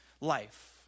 life